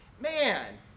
man